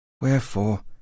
Wherefore